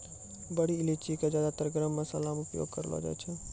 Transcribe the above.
बड़ी इलायची कॅ ज्यादातर गरम मशाला मॅ उपयोग करलो जाय छै